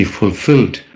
fulfilled